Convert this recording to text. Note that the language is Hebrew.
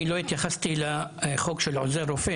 מתכבד לפתוח את ישיבת ועדת הבריאות.